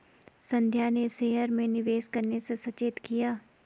संध्या ने शेयर में निवेश करने से सचेत किया